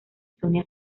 sonia